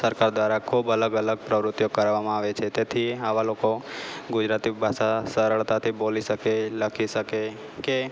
સરકાર દ્વારા ખૂબ અલગ અલગ પ્રવૃત્તિઓ કરવામાં આવે છે તેથી આવા લોકો ગુજરાતી ભાષા સરળતાથી બોલી શકે લખી શકે કે